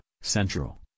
Central